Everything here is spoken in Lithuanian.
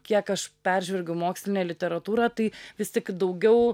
kiek aš peržvelgiau mokslinę literatūrą tai vis tik daugiau